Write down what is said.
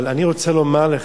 אבל אני רוצה לומר לך: